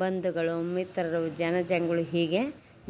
ಬಂಧುಗಳು ಮಿತ್ರರು ಜನ ಜಂಗುಳಿ ಹೀಗೆ